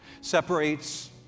Separates